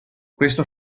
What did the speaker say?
questo